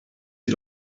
sie